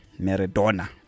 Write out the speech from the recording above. Maradona